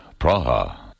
Praha